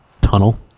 tunnel